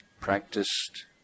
practiced